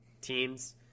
teams